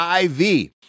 IV